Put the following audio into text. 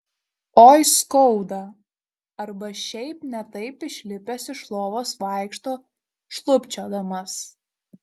oi skauda arba šiaip ne taip išlipęs iš lovos vaikšto šlubčiodamas